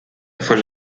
von